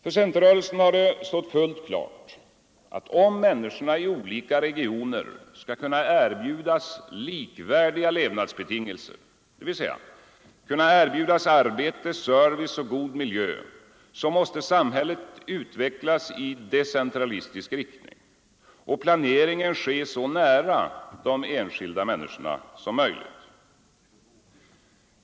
För centerrörelsen har det stått fullt klart att om människorna i olika regioner skall kunna erbjudas likvärdiga levnadsbetingelser, dvs. kunna erbjudas arbete, service och en god miljö, måste samhället utvecklas i decentralistisk riktning och planeringen ske så nära de enskilda människorna som möjligt.